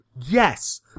Yes